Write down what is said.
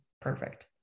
perfect